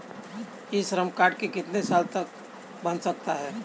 ई Shram card कितने साल तक बन सकता है?